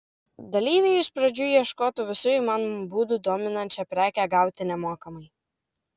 dalyviai iš pradžių ieškotų visų įmanomų būdų dominančią prekę gauti nemokamai